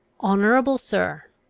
honourable sir,